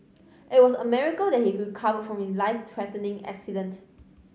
it was a miracle that he recovered from his life threatening accident